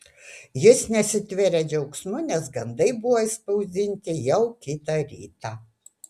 jis nesitvėrė džiaugsmu nes gandai buvo išspausdinti jau kitą rytą